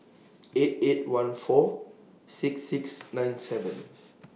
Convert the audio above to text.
eight eight one four six six nine seven